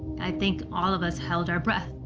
i think all of us held our breath.